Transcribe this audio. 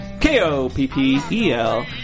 K-O-P-P-E-L